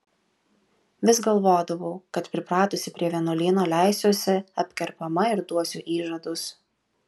vis galvodavau kad pripratusi prie vienuolyno leisiuosi apkerpama ir duosiu įžadus